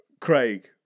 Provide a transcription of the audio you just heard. Craig